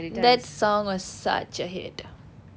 that song was such a hit